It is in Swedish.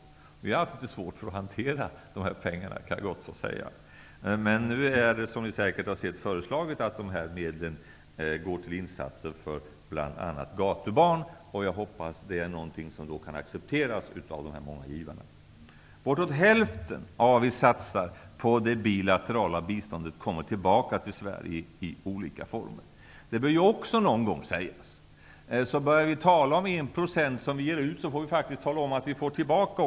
Vi har haft svårigheter att hantera de här pengarna, men de föreslås nu gå till insatser för bl.a. gatubarn. Jag hoppas att det är någonting som kan accepteras av de många givarna. Bortåt hälften av vad vi satsar på det bilaterala biståndet kommer tillbaka till Sverige i olika former. Det bör också någon gång sägas, att om vi ger 1 % får vi också någonting tillbaka.